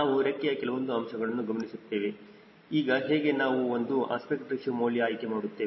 ನಾವು ರೆಕ್ಕೆಯ ಕೆಲವೊಂದು ಅಂಶಗಳನ್ನು ಗಮನಿಸುತ್ತೇವೆ ಈಗ ಹೇಗೆ ನಾವು ಒಂದು ಅಸ್ಪೆಕ್ಟ್ ರೇಶಿಯೋ ಮೌಲ್ಯ ಆಯ್ಕೆ ಮಾಡುತ್ತೇವೆ